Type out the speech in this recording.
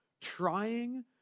trying